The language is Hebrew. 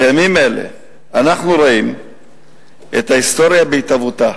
בימים אלה אנחנו רואים את ההיסטוריה בהתהוותה,